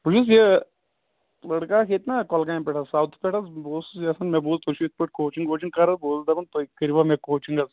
بہٕ چھُس یہِ لٔڑکہٕ اَکھ ییٚتہِ نہ کۄلگامہِ پٮ۪ٹھ سَاوتھٕ پٮ۪ٹھ حظ بہ اوسُس یژھان مےٚ بوٗز تُہۍ چھُو یِتھ پٲٹھۍ کوچِنٛگ ووچِنٛگ کَران بہٕ اوسُس دَپان تۄہہِ کٔرِوا مےٚ کوچِنٛگ حظ